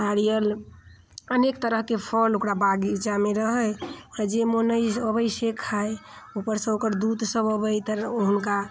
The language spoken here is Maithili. नारियल अनेक तरहके फल ओकरा बागिचामे रहै ओकरा जे मोन अइ अबै से खाइ उपरसँ ओकर दूत सभ अबै तऽ हुनका